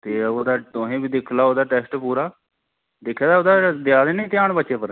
ते तुस बी दिक्खी लैओ टेस्ट ओह्दा पूरा दिक्खेआ ओह्दा देआ दे नी ध्यान बच्चे उप्पर